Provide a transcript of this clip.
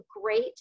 great